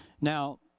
Now